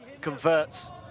converts